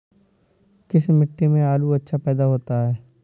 किस मिट्टी में आलू अच्छा पैदा होता है?